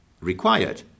required